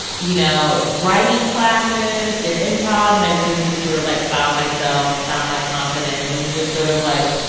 you know, writing classes, did improv and i really just sort of, like, found myself and found my confidence and was just sort of like,